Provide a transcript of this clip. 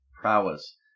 prowess